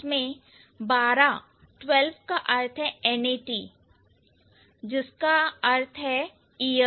इसमें 12 means nat जिसका अर्थ है ear